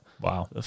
wow